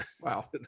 Wow